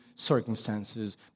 circumstances